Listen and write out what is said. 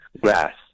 grass